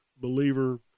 believer